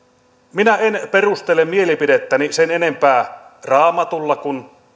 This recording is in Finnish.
minä en perustele mielipidettäni sen enempää raamatulla kuin